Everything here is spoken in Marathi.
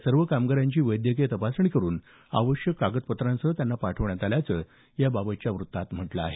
सर्व कामगारांची वैद्यकीय तपासणी करून आवश्यक कागदपत्रांसह त्यांना पाठवण्यात आल्याचं याबाबतच्या वृत्तात म्हटलं आहे